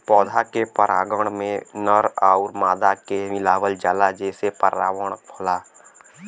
पौधा के परागण में नर आउर मादा के मिलावल जाला जेसे परागण होला